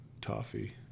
Toffee